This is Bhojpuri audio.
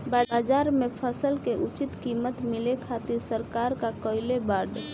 बाजार में फसल के उचित कीमत मिले खातिर सरकार का कईले बाऽ?